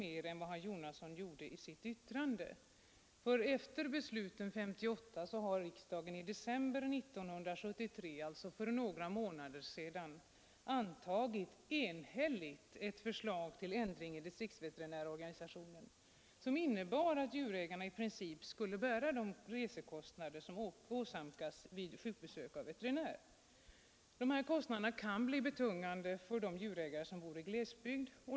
Efter besluten 1958 har riksdagen i december 1973, alltså för några månader sedan, enhälligt antagit ett förslag till ändring i distriktsveterinärorganisationen, som innebär att djurägarna i princip skall bära de resekostnader som uppstår vid sjukbesök av veterinär. Dessa kostnader kan bli betungande för de djurägare som bor i glesbygden.